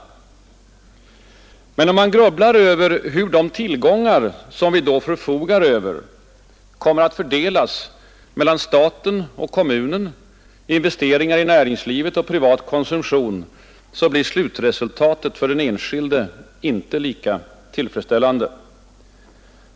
Men om man grubblar över hur de tillgångar som vi då förfogar över kommer att fördelas mellan staten, kommunerna, investeringar i näringslivet och privat konsumtion, så blir slutresultatet för den enskilde inte lika tillfredsställande.